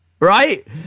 Right